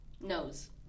Nose